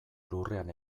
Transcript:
lurrean